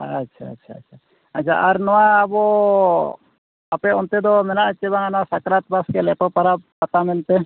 ᱟᱪᱪᱷᱟ ᱟᱪᱪᱷᱟ ᱟᱪᱪᱷᱟ ᱟᱨ ᱱᱚᱣᱟ ᱟᱵᱚ ᱟᱯᱮ ᱚᱱᱛᱮ ᱫᱚ ᱢᱮᱱᱟᱜᱼᱟ ᱪᱮ ᱵᱟᱝ ᱚᱱᱟ ᱥᱟᱠᱨᱟᱛ ᱵᱟᱥᱠᱮ ᱞᱮᱴᱳ ᱯᱟᱨᱟᱵᱽ ᱯᱟᱛᱟ ᱢᱮᱱᱛᱮ